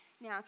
Now